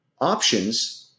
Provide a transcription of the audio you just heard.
options